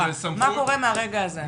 מה קורה מהרגע הזה?